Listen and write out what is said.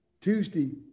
Tuesday